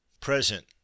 present